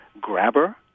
grabber